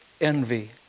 envy